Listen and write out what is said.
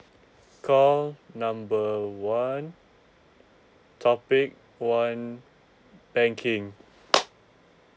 call number one topic one banking